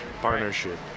partnership